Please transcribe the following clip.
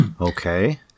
okay